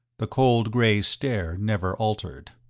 the cold gray stare never altered.